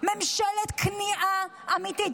ממשלת כניעה אמיתית.